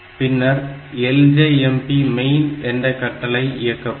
பின்னர் LJMP main என்ற கட்டளை இயக்கப்படும்